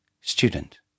Student